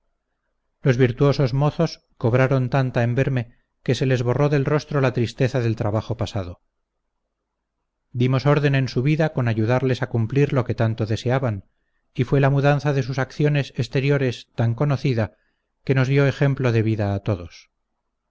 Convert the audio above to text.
los virtuosos mozos cobraron tanta en verme que se les borró del rostro la tristeza del trabajo pasado dimos orden en su vida con ayudarles a cumplir lo que tanto deseaban y fue la mudanza de sus acciones exteriores tan conocida que nos dio ejemplo de vida a todos